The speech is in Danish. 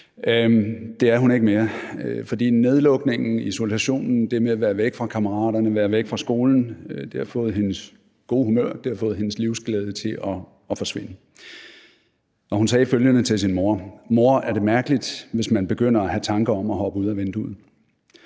Det er hun ikke mere, fordi nedlukningen, isolationen og det med at være væk fra kammeraterne og være væk fra skolen har fået hendes gode humør og livsglæde til at forsvinde. Hun sagde følgende til sin mor: »Mor, er det mærkeligt, hvis man begynder at have tanker om at hoppe ud af vinduet?«